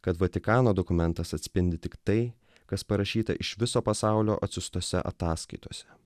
kad vatikano dokumentas atspindi tik tai kas parašyta iš viso pasaulio atsiųstose ataskaitose